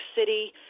City